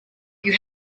you